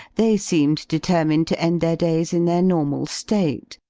they seemed determined to end their days in their normal state,